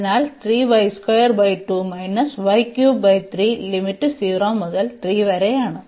അതിനാൽ ലിമിറ്റ് 0 മുതൽ 3 വരെയാണ്